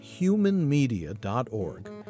humanmedia.org